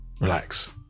Relax